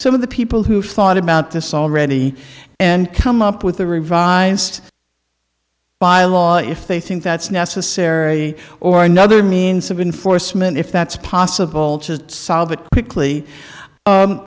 some of the people who thought about this already and come up with a revised by law if they think that's necessary or another means of enforcement if that's possible to solve it quickly